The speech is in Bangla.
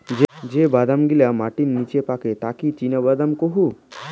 যে বাদাম গিলা মাটির নিচে পাকে তাকি চীনাবাদাম কুহু